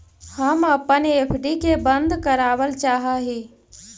हम अपन एफ.डी के बंद करावल चाह ही